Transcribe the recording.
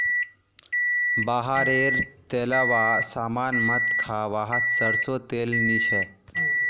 बाहर रे तेलावा सामान मत खा वाहत सरसों तेल नी छे